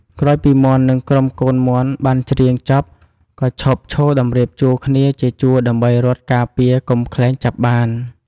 ក្រោយពីមាន់និងក្រុមកូនមាន់បានច្រៀងចប់ក៏ឈប់ឈរតម្រៀបជួរគ្នាជាជួរដើម្បីរត់ការពារកុំខ្លែងចាប់បាន។